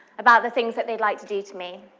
about the things that they'd like to do to me.